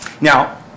Now